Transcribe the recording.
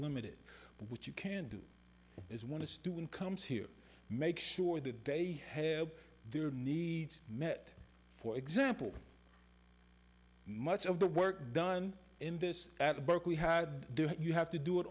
limited but what you can do is when a student comes here make sure that they have their needs met for example much of the work done in this at berkeley had to do you have to do it